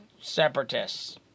separatists